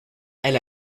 elle